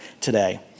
today